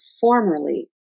formerly